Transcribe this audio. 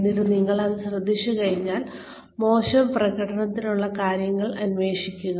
എന്നിട്ട് നിങ്ങൾ ഇത് ശ്രദ്ധിച്ചുകഴിഞ്ഞാൽ മോശം പ്രകടനത്തിനുള്ള കാരണങ്ങൾ അന്വേഷിക്കുക